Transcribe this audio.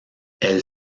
elle